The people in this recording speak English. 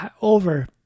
over